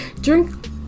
Drink